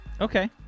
Okay